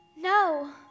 No